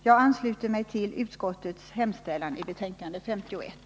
Jag ansluter mig till utskottets hemställan i betänkande 51.